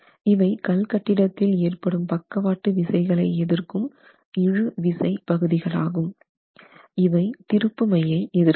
இவை கல் கட்டிடத்தில் ஏற்படும் பக்கவாட்டு விசைகளை எதிர்க்கும் இழுவிசை பகுதிகளாகும் இவை திருப்புமையை எதிர்க்காது